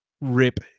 rip